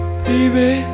baby